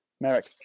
Merrick